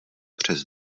přes